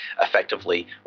effectively